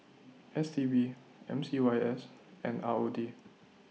S T B M C Y S and R O D